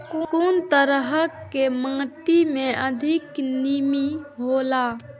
कुन तरह के माटी में अधिक नमी हौला?